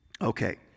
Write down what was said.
okay